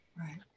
right